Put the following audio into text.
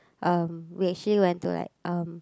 um we actually went to like um